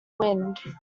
wind